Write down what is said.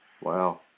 Wow